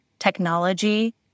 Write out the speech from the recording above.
technology